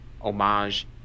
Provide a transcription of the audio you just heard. homage